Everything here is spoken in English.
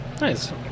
Nice